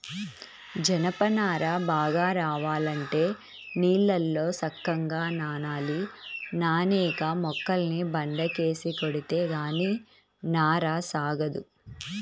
జనప నార బాగా రావాలంటే నీళ్ళల్లో సక్కంగా నానాలి, నానేక మొక్కల్ని బండకేసి కొడితే గానీ నార సాగదు